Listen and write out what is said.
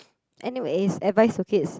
anyways advice to kids